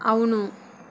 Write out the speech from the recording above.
అవును